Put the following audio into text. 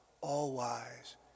all-wise